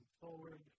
forward